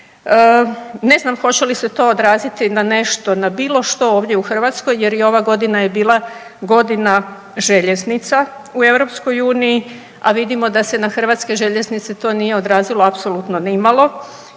Ne znam hoće li se to odraziti na nešto, na bilo što ovdje u Hrvatskoj jer i ova godina je bila godina željeznica u Europskoj uniji, a vidimo da se na Hrvatske željeznice to nije odrazilo apsolutno nimalo.